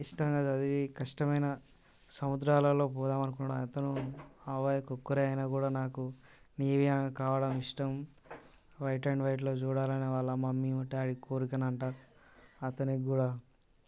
ఇష్టంగా చదివి కష్టమైన సముద్రాలలో పోదామని అనుకున్నాడు అతను హవాయి కుక్కర్ అయినా కూడా నాకు నేవీ కావడం ఇష్టం వైట్ అండ్ వైట్లో చూడాలని వాళ్ళ మమ్మీ డాడీ కోరిక అంట అతనికి కూడా